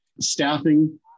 Staffing